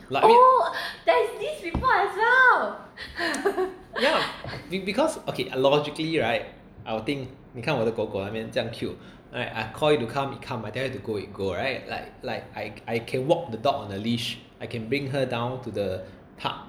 like I mean ya be because okay logically I will think 你看我狗狗那边这样 cute right I call it to come it come I tell it to go it go right like like I can walk the dog on a leash I can bring her down to the park